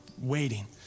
waiting